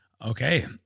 Okay